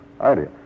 idea